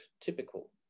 typical